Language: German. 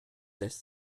lässt